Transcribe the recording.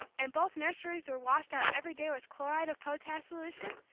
and both nurseries were washed out every day with chloride of potash solution,